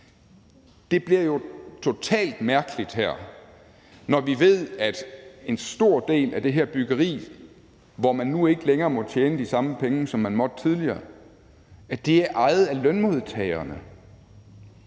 Det bliver jo totalt mærkeligt her, når vi ved, at en stor del af det her byggeri, hvor man nu ikke længere må tjene de samme penge, som man måtte tidligere, er ejet af lønmodtagerne;